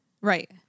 Right